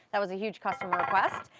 that was a huge customer request.